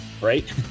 right